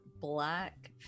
black